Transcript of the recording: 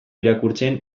irakurtzen